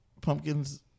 Pumpkins